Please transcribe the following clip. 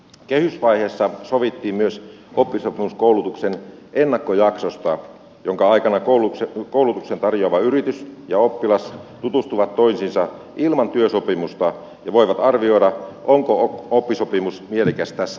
kehysvaiheessa sovittiin myös oppisopimuskoulutuksen ennakkojaksosta jonka aikana koulutuksen tarjoava yritys ja oppilas tutustuvat toisiinsa ilman työsopimusta ja voivat arvioida onko oppisopimus mielekäs tässä vaiheessa